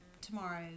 tomorrow